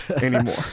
anymore